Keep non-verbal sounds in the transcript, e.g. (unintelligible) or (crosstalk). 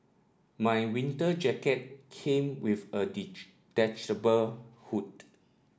my winter jacket came with a (unintelligible) hood